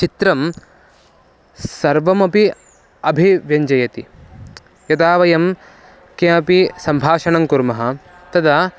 चित्रं सर्वमपि अभिव्यञ्जयति यदा वयं किमपि सम्भाषणं कुर्मः तदा